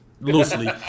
loosely